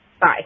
Bye